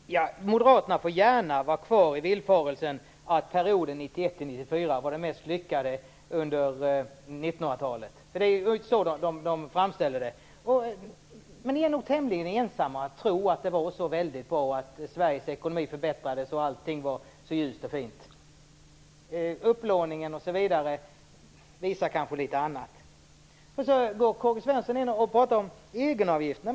Fru talman! Ni moderater får gärna leva kvar i villfarelsen att perioden 1991-1994 var den mest lyckade under 1900-talet. Det är ju på det sättet ni framställer den perioden. Men ni är nog tämligen ensamma om att tro att det var så väldigt bra då - att Sveriges ekonomi förbättrades och att allting var så ljust och fint. Upplåningen exempelvis visar kanske på något annat. Karl-Gösta Svenson talar om egenavgifterna.